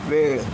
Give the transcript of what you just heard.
वेळ